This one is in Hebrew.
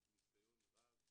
יש לי ניסיון רב,